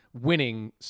winning